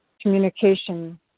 communication